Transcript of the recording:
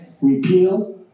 repeal